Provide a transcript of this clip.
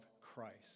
Christ